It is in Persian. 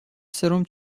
سرم